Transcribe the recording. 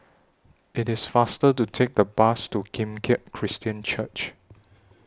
IT IS faster to Take The Bus to Kim Keat Christian Church